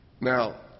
Now